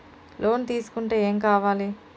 Loan తీసుకుంటే ఏం కావాలి?